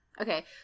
Okay